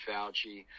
Fauci